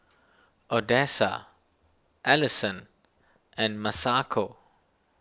Odessa Alison and Masako